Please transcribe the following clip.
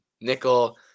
nickel